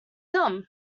dumb